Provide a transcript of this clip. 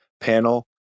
panel